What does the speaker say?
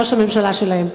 ראש הממשלה שלהם.